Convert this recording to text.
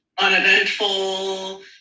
Uneventful